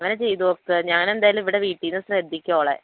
അങ്ങനെ ചെയ്തുനോക്കുക ഞാൻ എന്തായാലും ഇവിടെ വീട്ടിൽ നിന്ന് ശ്രദ്ധിക്കാം ഓളെ